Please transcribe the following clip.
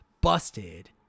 busted